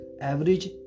average